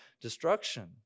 destruction